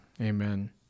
amen